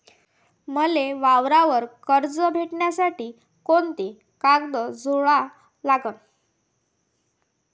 मले वावरावर कर्ज भेटासाठी कोंते कागद जोडा लागन?